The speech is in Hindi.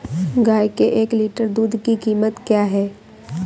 गाय के एक लीटर दूध की कीमत क्या है?